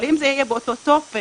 אבל אם זה יהיה באותו טופס,